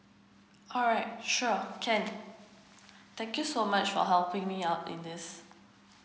alright sure can thank you so much for helping me out in this